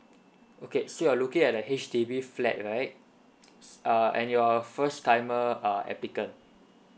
okay so you are looking at a H_D_B flat right err and you are a first timer err applicant